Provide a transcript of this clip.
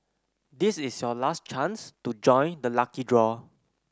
this is your last chance to join the lucky draw